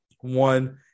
one